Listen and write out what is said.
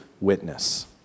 witness